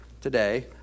today